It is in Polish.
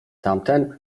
tamten